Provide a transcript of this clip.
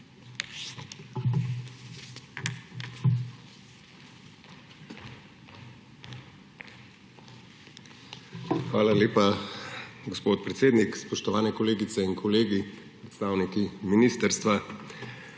Hvala lepa, gospod predsednik. Spoštovani kolegice in kolegi, predstavniki ministrstva!